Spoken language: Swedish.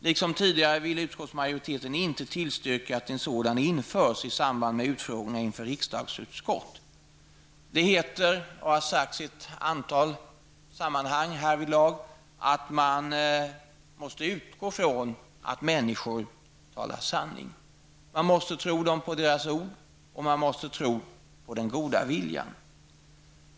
Liksom tidigare vill utskottsmajoriteten inte tillstyrka att en sådan införs i samband med utfrågning inför riksdagsutskott. Det heter -- och har sagts i ett antal sammanhang härvidlag -- att man måste utgå från att människor talar sanning. Man måste tro dem på deras ord, och man måste tro på den goda viljan.